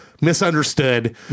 misunderstood